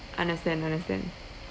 understand understand